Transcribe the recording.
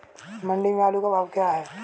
मंडी में आलू का भाव क्या है?